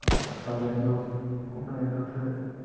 सारे दोस्त घूमने औंदे उत्थें